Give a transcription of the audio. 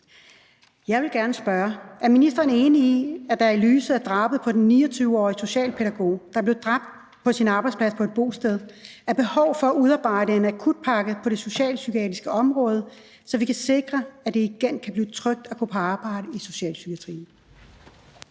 Jeg vil gerne spørge: Er ministeren enig i, at der i lyset af drabet på en 29-årig socialpædagog, der blev dræbt på sin arbejdsplads på et bosted, er behov for at udarbejde en akutpakke på det socialpsykiatriske område, så vi kan sikre, at det igen kan blive trygt at gå på arbejde i socialpsykiatrien?